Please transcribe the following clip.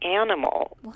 animal